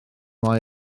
rai